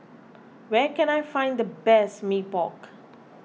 where can I find the best Mee Pok